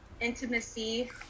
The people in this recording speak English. intimacy